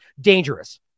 Dangerous